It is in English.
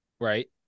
Right